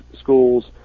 schools